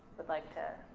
would like to,